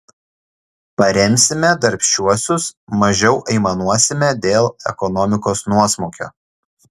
paremsime darbščiuosius mažiau aimanuosime dėl ekonomikos nuosmukio